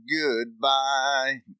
goodbye